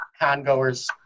con-goers